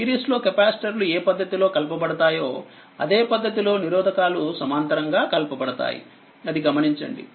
సిరీస్లో కెపాసిటర్లు ఏ పద్ధతిలో కలపబడతాయో అదే పద్ధతిలో నిరోధకాలు సమాంతరంగా కలపబడతాయి అది గమనించండి